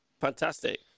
fantastic